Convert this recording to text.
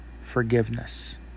forgiveness